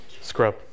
scrub